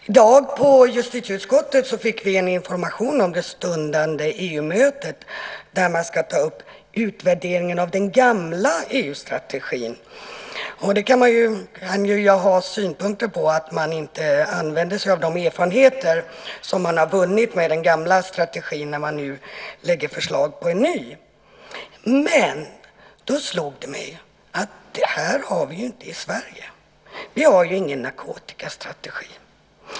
I dag fick vi i justitieutskottet en information om det stundande EU-mötet där man ska ta upp utvärderingen av den gamla EU-strategin - jag kan ju ha synpunkter på att man inte använder de erfarenheter som man har vunnit med den gamla strategin när man nu lägger fram förslag på en ny. Men då slog det mig att vi inte har det här i Sverige. Vi har ingen narkotikastrategi.